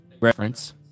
reference